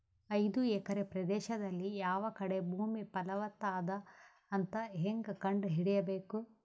ಐದು ಎಕರೆ ಪ್ರದೇಶದಲ್ಲಿ ಯಾವ ಕಡೆ ಭೂಮಿ ಫಲವತ ಅದ ಅಂತ ಹೇಂಗ ಕಂಡ ಹಿಡಿಯಬೇಕು?